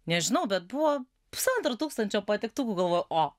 nežinau bet buvo pusantro tūkstančio patiktukų galvoju o